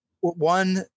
one